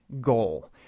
goal